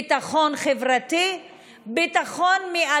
ביטחון חברתי,